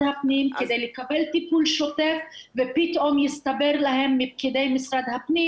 הפנים כדי לקבל טיפול שוטף ופתאום יסתבר להם מפקידי משרד הפנים